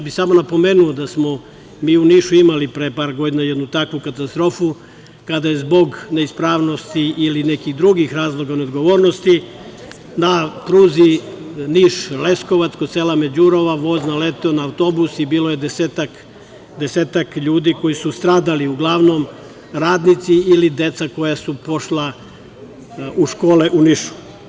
Napomenuo bih da smo mi u Nišu imali pre par godina jednu takvu katastrofu, a kada je zbog neispravnosti ili nekih drugih razloga, neodgovornosti, na pruzi Niš-Leskovac, kod sela Međurova, voz naleteo na autobus i bilo je 10-ak ljudi koji su stradali, uglavnom radnici i deca koja su pošla u škole u Nišu.